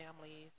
families